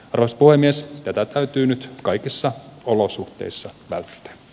arvoisa puhemies tätä täytyy nyt kaikissa olosuhteissa välttää